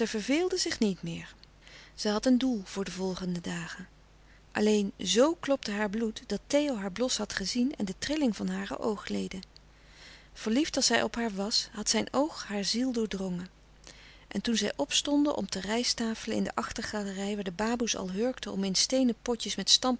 verveelde zich niet meer zij had een doel voor de volgende dagen alleen zoo klopte haar bloed dat theo haar blos had gezien en de trilling van hare ooglouis couperus de stille kracht leden verliefd als hij op haar was had zijn oog haar ziel doordrongen en toen zij opstonden om te rijsttafelen in de achtergalerij waar de baboe's al hurkten om in steenen potjes met